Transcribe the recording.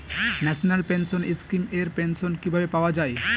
National pension scheme এর pension কিভাবে পাওয়া যায়?